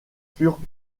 furent